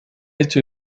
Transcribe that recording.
hecho